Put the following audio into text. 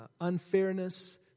unfairness